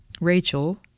Rachel